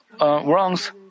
wrongs